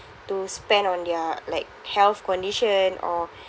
to spend on their like health condition or